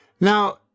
Now